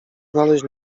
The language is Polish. znaleźć